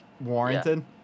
warranted